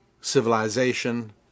civilization